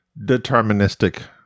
deterministic